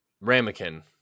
ramekin